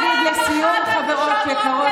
להפוך את זה שוב לכלי שבאמצעותו תסיתי נגד מי,